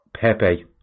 Pepe